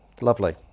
Lovely